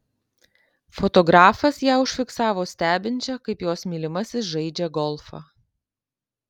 fotografas ją užfiksavo stebinčią kaip jos mylimasis žaidžią golfą